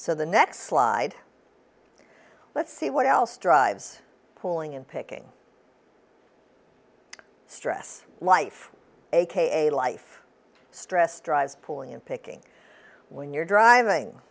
so the next slide let's see what else drives pulling in picking stress life aka life stress drives pulling in picking when you're driving